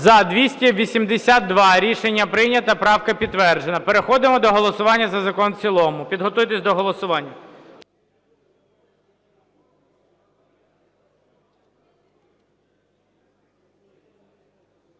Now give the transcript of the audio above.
За-282 Рішення прийнято. Правка підтверджена. Переходимо до голосування за закон в цілому. Підготуйтесь до голосування.